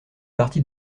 partie